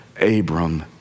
Abram